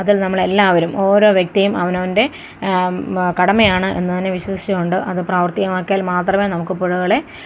അതിൽ നമ്മളെല്ലാവരും ഓരോ വ്യക്തിയും അവനോന്റെ കടമയാണ് എന്ന് തന്നെ വിശ്വസിച്ച് കൊണ്ട് അത് പ്രാവർത്തികമാക്കിയാൽ മാത്രമെ നമുക്ക് പുഴകളെ